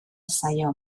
zaio